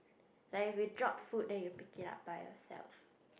like we drop food then you pick it up by yourself